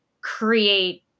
create